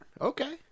Okay